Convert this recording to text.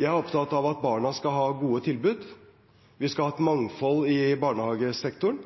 Jeg er opptatt av at barna skal ha gode tilbud, og av at vi skal ha et mangfold i barnehagesektoren.